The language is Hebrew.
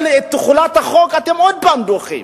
אבל את תחולת החוק אתם עוד פעם דוחים.